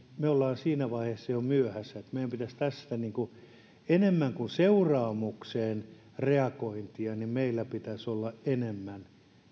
me olemme siinä vaiheessa jo myöhässä meillä pitäisi tässä olla enemmän kuin seuraamukseen reagointia meillä pitäisi olla enemmän